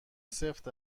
سفت